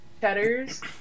cheddar's